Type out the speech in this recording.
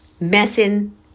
messing